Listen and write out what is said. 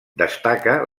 destaca